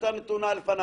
ההחלטה נתונה לפניו.